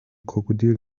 krokodil